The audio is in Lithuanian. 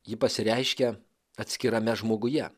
ji pasireiškia atskirame žmoguje